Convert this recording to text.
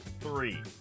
three